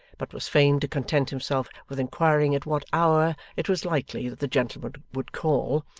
but was fain to content himself with inquiring at what hour it was likely that the gentleman would call,